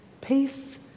Peace